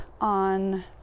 on